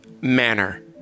manner